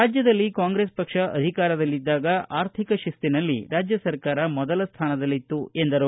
ರಾಜ್ಯದಲ್ಲಿ ಕಾಂಗ್ರೆಸ್ ಪಕ್ಷ ಅಧಿಕಾರದಲ್ಲಿದ್ದಾಗ ಆರ್ಥಿಕ ಶಿಸ್ತಿನಲ್ಲಿ ರಾಜ್ಯ ಸರಕಾರ ಮೊದಲ ಸ್ಟಾನದಲ್ಲಿತ್ತು ಎಂದರು